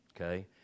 okay